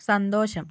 സന്തോഷം